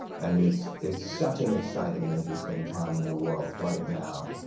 and it's it's such an exciting and interesting time in the world, right now.